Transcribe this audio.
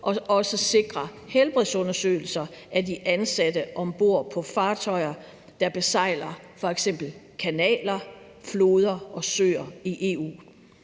også sikre helbredsundersøgelser af de ansatte om bord på fartøjer, der besejler f.eks. kanaler, floder og søer i EU.